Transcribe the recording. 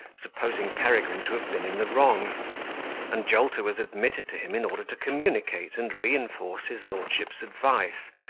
supposing peregrine to have been in the wrong and jolter was admitted to him in order to communicate and reinforce his lordship's advice,